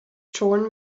torn